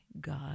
God